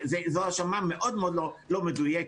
זו האשמה מאוד מאוד לא מדויקת.